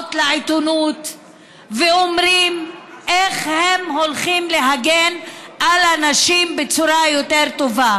הודעות לעיתונות ואומרים איך הם הולכים להגן על הנשים בצורה יותר טובה.